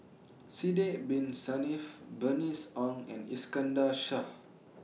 Sidek Bin Saniff Bernice Ong and Iskandar Shah